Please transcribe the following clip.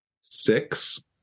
six